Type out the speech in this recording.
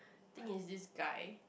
thing is this guy